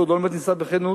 אהוד אולמרט ניסה בכנות.